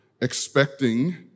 expecting